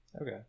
Okay